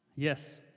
Yes